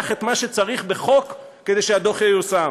את מה שצריך בחוק כדי שהדוח ייושם.